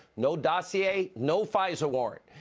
no dossier, no fisa warrant.